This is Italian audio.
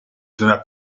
prima